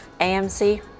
AMC